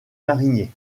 mariniers